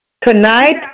Tonight